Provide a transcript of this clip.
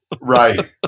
right